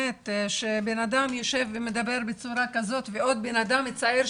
שבן אדם יושב ומדבר בצורה כזאת ועוד בן אדם צעיר.